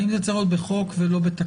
האם זה צריך להופיע בחוק ולא בתקנות?